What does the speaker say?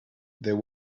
there